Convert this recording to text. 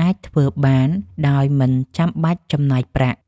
អាចធ្វើបានដោយមិនបាច់ចំណាយប្រាក់។